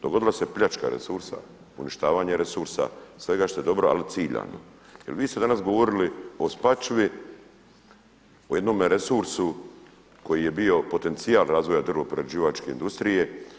Dogodila se pljačka resursa, uništavanje resursa, svega što je dobro, ali ciljano jel vi ste danas govorili o Spačvi, o jednome resursu koji je bio potencijal razvoja drvoprerađivačke industrije.